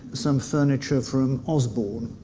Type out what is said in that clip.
some furniture from osborn,